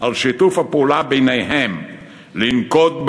על שיתוף הפעולה ביניהם כדי לנקוט את